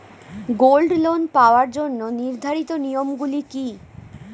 Gold loan পাওয়ার জন্য নির্ধারিত নিয়ম গুলি কি?